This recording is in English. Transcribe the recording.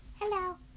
hello